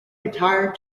retired